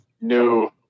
No